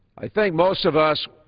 i think most of us,